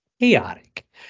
chaotic